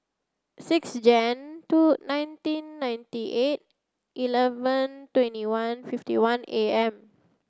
six Jan two nineteen ninety eight eleven twenty one fifty one A M